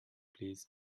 plîs